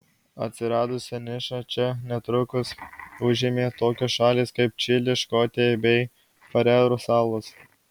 atsiradusią nišą čia netrukus užėmė tokios šalys kaip čilė škotija bei farerų salos